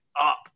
up